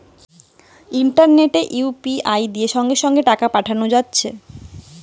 ইন্টারনেটে ইউ.পি.আই দিয়ে সঙ্গে সঙ্গে টাকা পাঠানা যাচ্ছে